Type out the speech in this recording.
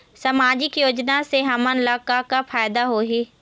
सामाजिक योजना से हमन ला का का फायदा होही?